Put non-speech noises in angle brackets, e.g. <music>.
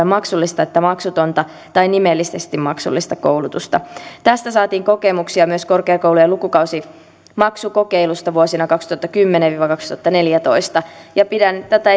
<unintelligible> maksullista että maksutonta tai nimellisesti maksullista koulutusta tästä saatiin kokemuksia myös korkeakoulujen lukukausimaksukokeilusta vuosina kaksituhattakymmenen viiva kaksituhattaneljätoista pidän tätä <unintelligible>